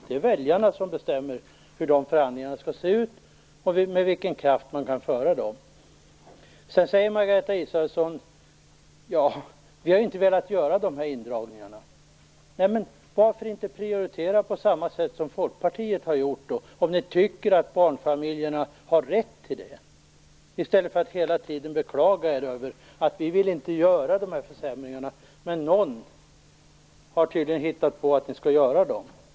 Det är väljarna som bestämmer hur de förhandligarna skall se ut och med vilken kraft man kan föra dem. Sedan säger Margareta Israelsson att man inte har velat göra dessa indragningar. Varför inte prioritera på samma sätt som Folkpartiet, om ni tycker att barnfamiljerna har den rätten? I stället beklagar ni er hela tiden och säger att ni inte vill göra dessa försämringar. Men någon har tydligen hittat på att ni skall göra dem.